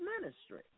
ministry